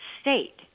state